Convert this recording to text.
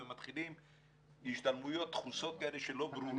ומתחילים השתלמויות דחוסות כאלה שלא ברורות.